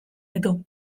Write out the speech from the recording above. ditu